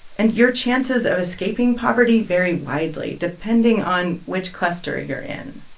and your chances of escaping poverty vary widely depending on which cluster you're in.